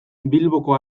bilboko